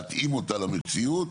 להתאים אותה למציאות